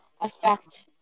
affect